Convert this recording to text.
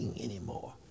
anymore